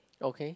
okay